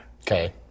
Okay